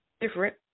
different